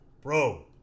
bro